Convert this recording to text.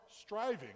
striving